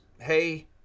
hey